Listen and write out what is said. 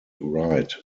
wright